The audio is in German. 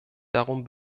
darum